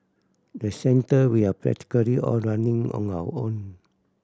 the centre we are practically all running on our own